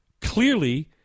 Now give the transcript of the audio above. Clearly